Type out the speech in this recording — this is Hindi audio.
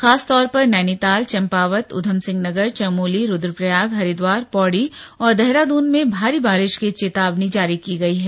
खासतौर पर नैनीताल चंपावत उधमसिंहनगर चमोली रुद्रप्रयाग हरिद्वार पौड़ी और देहराद्रन में भारी बारिश की चेतावनी जारी की गई है